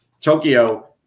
Tokyo